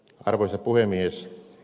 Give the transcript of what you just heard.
arvoisa puhemies